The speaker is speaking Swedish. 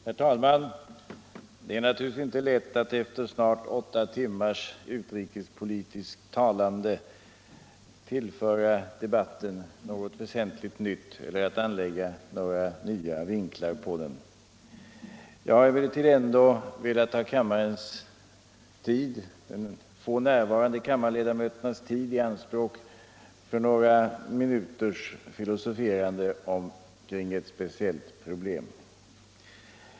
Herr talman! Det är givetvis inte lätt att efter snart åtta timmars utrikespolitiskt talande tillföra debatten något väsentligt nytt eller att anlägga några nya synvinklar. Jag vill emellertid ändå ta de få närvarande kammarledamöternas tid i anspråk för några minuters filosoferande kring ett speciellt problem.